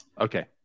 okay